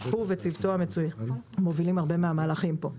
הוא וצוותו המצוין מובילים רבים מן המהלכים פה.